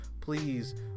Please